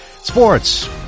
Sports